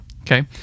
okay